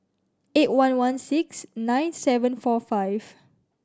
eight one one six nine seven four five